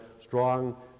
strong